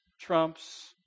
trumps